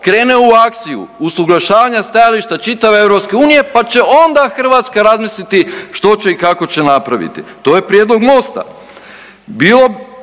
krene u akciju usuglašavanja stajališta čitave Europske unije, pa će onda Hrvatska razmisliti što će i kako će napraviti to je prijedlog Mosta.